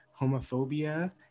homophobia